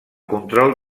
control